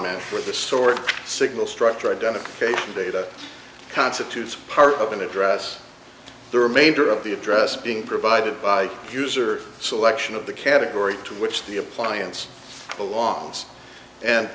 match for the sort of signal structure identification data constitutes part of an address the remainder of the address being provided by the user selection of the category to which the appliance belongs and